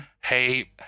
Hey